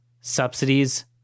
subsidies